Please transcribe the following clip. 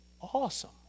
Awesome